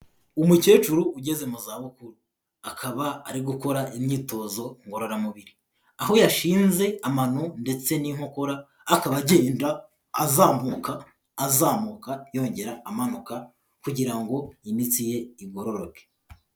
Umukecuru ugeze mu za bukuru akaba ari gukora imyitozo ngororamubiri aho yashinze amano ndetse n'inkokora akaba agenda azamuka azamuka yongera amanuka kugira ngo imitsi ye igororoke.